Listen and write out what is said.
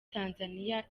tanzania